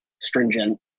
stringent